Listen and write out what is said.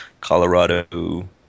Colorado